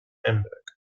hamburg